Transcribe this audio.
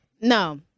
No